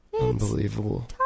Unbelievable